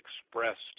expressed